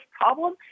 problem